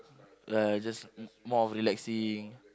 ya just m~ more of relaxing